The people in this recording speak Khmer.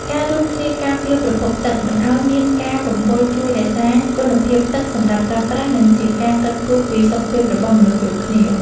ការរួមគ្នាការពារប្រភពទឹកមិនឱ្យមានការបំពុលជួយរក្សាគុណភាពទឹកសម្រាប់ប្រើប្រាស់ និងជាការគិតគូរពីសុខភាពរបស់មនុស្សគ្រប់គ្នា។